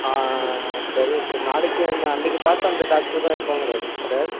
சரிங்க சிஸ்டர் நாளைக்கு அன்றைக்கி பார்த்த அந்த டாக்டர் தான் இருப்பாங்களா சிஸ்டர்